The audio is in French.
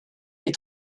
les